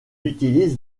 utilise